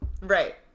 Right